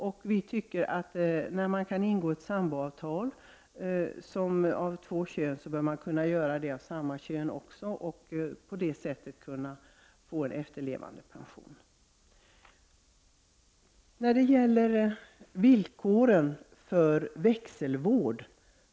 Eftersom det är möjligt för två personer av olika kön att ingå samboavtal, bör detta vara möjligt även för två personer av samma kön, och detta skall berättiga till efterlevandepension. Jag vill ta upp villkoren för växelvård.